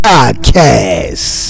Podcast